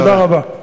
תודה רבה.